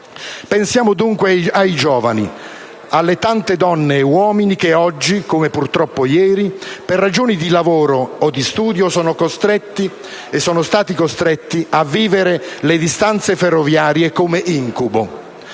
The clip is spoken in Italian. Pensiamo dunque ai giovani, alle tante donne e uomini che oggi, come purtroppo ieri, per ragioni di lavoro o di studio sono costretti e sono stati costretti a vivere le distanze ferroviarie come incubo.